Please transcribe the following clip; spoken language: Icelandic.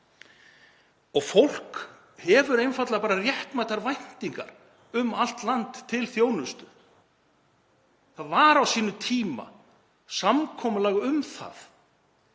Fólk hefur einfaldlega réttmætar væntingar um allt land til þjónustu. Það var á sínum tíma samkomulag um það,